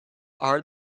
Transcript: are